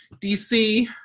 DC